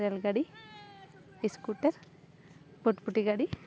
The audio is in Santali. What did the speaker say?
ᱨᱮᱹᱞ ᱜᱟᱹᱰᱤ ᱤᱥᱠᱩᱴᱟᱨ ᱯᱳᱴᱯᱚᱴᱤ ᱜᱟᱹᱰᱤ